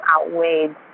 outweighed